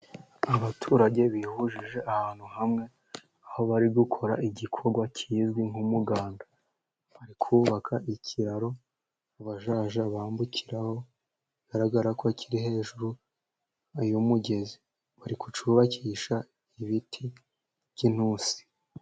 Abaturage bihuje ahantu hamwe, aho bari gukora igikorwa kizwi nk'umuganda. Bari kubaka ikiraro bazajya bambukiraho, bigaragara ko kiri hejuru y'umugezi, bari kucyubakisha ibiti by'intusi.